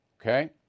Okay